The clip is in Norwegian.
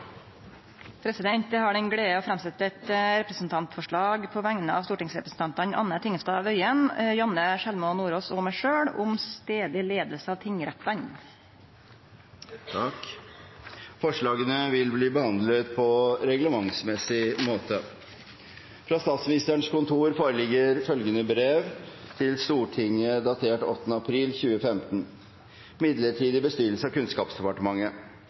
har den gleda å setje fram eit representantforslag på vegner av stortingsrepresentantane Anne Tingelstad Wøien, Janne Sjelmo Nordås og meg sjølv om stadleg leiing av tingrettane. Forslagene vil bli behandlet på reglementsmessig måte. Fra Statsministerens kontor foreligger følgende brev til Stortinget, datert 8. april 2015: «Midlertidig bestyrelse av Kunnskapsdepartementet Det vises til brev 13. februar 2015 om bestyrelsen av Kunnskapsdepartementet